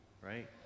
right